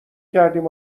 کردیم